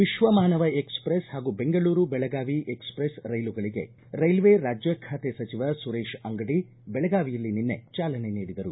ವಿಶ್ವ ಮಾನವ ಎಕ್ಸಪ್ರೆಸ್ ಪಾಗೂ ಬೆಂಗಳೂರು ಬೆಳಗಾವಿ ಎಕ್ಸಪ್ರೆಸ್ ರೈಲುಗಳಿಗೆ ರೈಲ್ವೆ ರಾಜ್ಯ ಖಾತೆ ಸಚಿವ ಸುರೇಶ ಅಂಗಡಿ ಬೆಳಗಾವಿಯಲ್ಲಿ ಚಾಲನೆ ನೀಡಿದರು